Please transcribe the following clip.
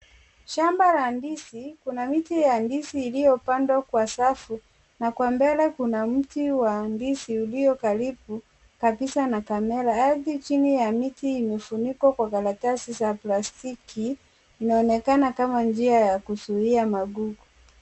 Shamba la ndizi. Kuna miti yua ndizi iliyopandwa kwa safu na kwa mbele kuna mti wa ndizi uliyo karibu kabisa na kamera. Ardhi chini ya miti imefunikwa kwa karatasi za plastiki, inaonekana kama njia ya kuzuia magugu.